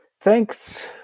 Thanks